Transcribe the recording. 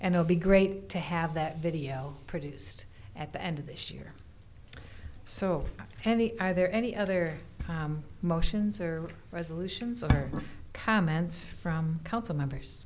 and i'll be great to have that video produced at the end of this year so any are there any other motions or resolutions or comments from council members